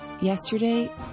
Yesterday